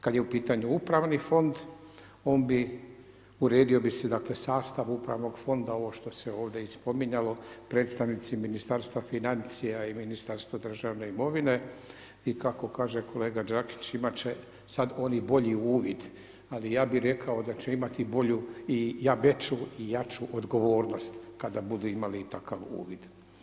Kada je u pitanju upravni fond, on bi uredio bi se dakle, sastav upravnog fonda, ovo što se je ovdje i spominjalo predstavnici Ministarstva financija i Ministarstva državne imovine i kako kaže kolega Đakić imati će sada oni bolji uvid, ali ja bi rekao da će imati bolju i ja veću i jaču odgovornost kada budu imali takav uvid.